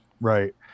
Right